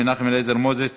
מנחם אליעזר מוזס,